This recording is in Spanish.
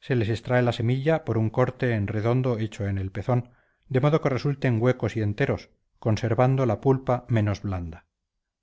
se les extrae la semilla por un corte en redondo hecho en el pezón de modo que resulten huecos y enteros conservando la pulpa menos blanda